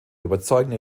überzeugende